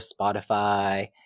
Spotify